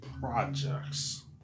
projects